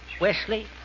Wesley